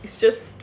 it's just